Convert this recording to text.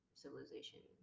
civilization